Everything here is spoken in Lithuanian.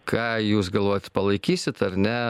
ką jūs galvojat palaikysit ar ne